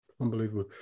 Unbelievable